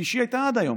כפי שהיא הייתה עד היום,